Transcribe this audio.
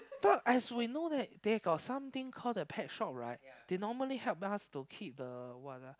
thought as we know that they got something call the pet shop right they normally help us to keep the what ah